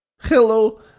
Hello